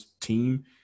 team